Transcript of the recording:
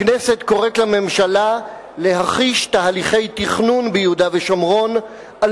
הכנסת קוראת לממשלה להחיש תהליכי תכנון ביהודה ושומרון על